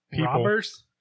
robbers